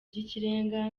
by’ikirenga